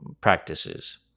practices